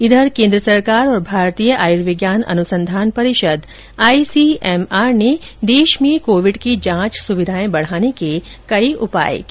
इधर केन्द्र सरकार और भारतीय आयुर्विज्ञान अनुसंधान परिषद आईसीएमआर ने देश में कोविड की जांच सुविधाएं बढाने के उपाय किये हैं